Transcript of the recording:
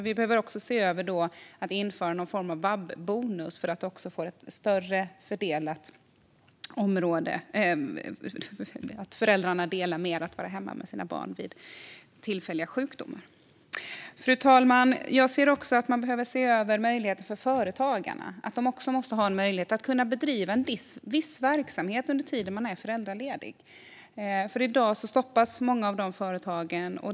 Vi behöver också se över att införa någon form av vabbonus så att föräldrarna delar mer på att vara hemma med sina barn vid tillfälliga sjukdomar. Fru talman! Man behöver också se över möjligheter för företagarna. De måste också kunna ha en möjlighet att bedriva en viss verksamhet under tiden de är föräldralediga. I dag stoppas många av de företagen.